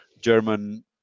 German